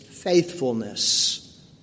faithfulness